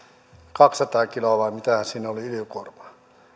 kaksisataa kiloa vai mitähän siinä oli ylikuormaa tuli